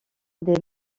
des